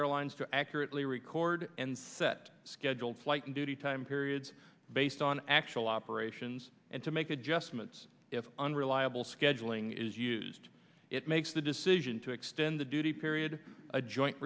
airlines to accurately record and set scheduled flight and duty time periods based on actual operations and to make adjustments if unreliable scheduling is used it makes the decision to extend the duty period a joint